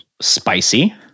Spicy